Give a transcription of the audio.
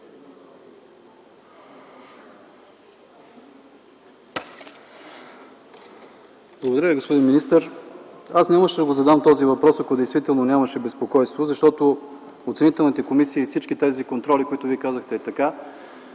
Благодаря Ви, господин министър. Аз нямаше да задам този въпрос, ако действително нямаше безпокойство, защото оценителните комисии и всички тези контроли, за които Вие казахте, е така.